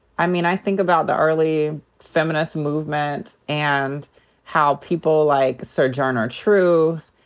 i mean, i think about the early feminist movement and how people like sojourner truth,